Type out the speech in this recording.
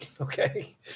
Okay